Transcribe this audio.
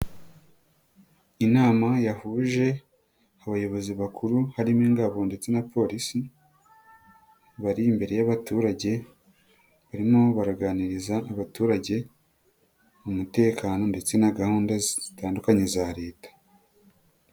Inama yahuje abayobozi bakuru harimo ingabo ndetse na polisi, bari imbere y'abaturage barimo baraganiriza abaturage mutekano ndetse na gahunda zitandukanye za leta.